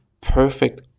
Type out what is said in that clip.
perfect